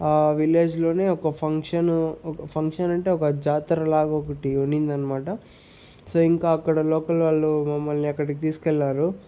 ఆ విలేజ్లోనే ఒక ఫంక్షను ఫంక్షన్ అంటే ఒక జాతర లాగా ఒకటి ఉన్నిందనమాట సో ఇంక అక్కడ లోకల్ వాళ్ళు మమ్మల్ని అక్కడికి తీసుకెళ్ళారు